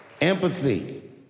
Empathy